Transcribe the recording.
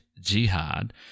Jihad